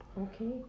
Okay